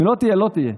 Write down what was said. אם לא תהיה, לא תהיה.